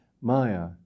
Maya